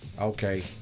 Okay